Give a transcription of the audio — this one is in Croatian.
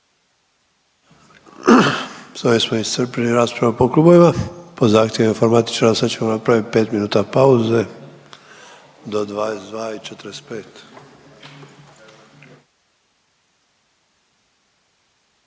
ovim smo iscrpili raspravu po klubovima. Po zahtjevima informatičara, sada ćemo napraviti 5 minuta pauze do 22,45.